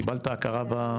קיבלת הכרה?